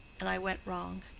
and i went wrong.